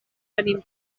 tenim